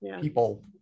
people